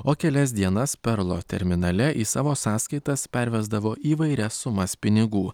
o kelias dienas perlo terminale į savo sąskaitas pervesdavo įvairias sumas pinigų